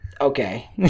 Okay